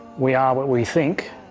we are what we think,